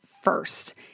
first